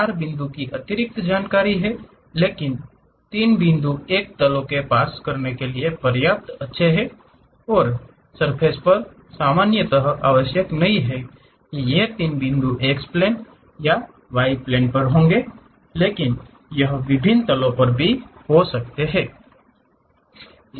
चार बिंदु की अतिरिक्त जानकारी है लेकिन तीन बिंदु एक तल को पास करने के लिए पर्याप्त अच्छे हैं और सर्फ़ेस पर सामान्य यह आवश्यक नहीं है कि ये तीनों बिंदु X प्लेन या Y प्लेन पर होंगे लेकिन यह विभिन्न तलो पर हो सकते हैं